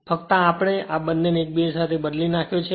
ફક્ત આપણે આ બંને ને એકબીજા સાથે બદલી નાખ્યો છે